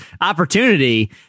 opportunity